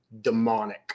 demonic